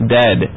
dead